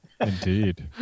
Indeed